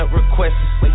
requests